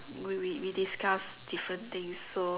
we we we discuss different things so